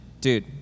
Dude